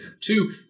two